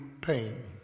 pain